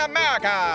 America